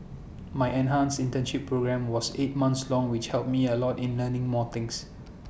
my enhanced internship programme was eight months long which helped me A lot in learning more things